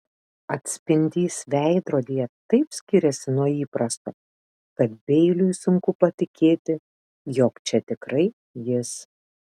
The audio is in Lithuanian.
atspindys veidrodyje taip skiriasi nuo įprasto kad beiliui sunku patikėti jog čia tikrai jis